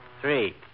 Three